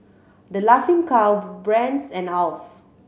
The Laughing Cow Brand's and Alf